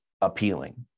appealing